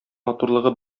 матурлыгы